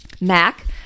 Mac